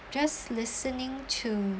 just listening to